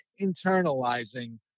internalizing